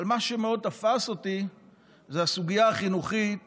אבל מה שמאוד תפס אותי הוא הסוגיה החינוכית